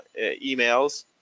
emails